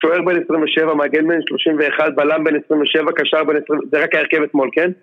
שואר בין 27, מעגל בין 31, בלם בין 27, קשר בין... זה רק ההרכבת מול, כן?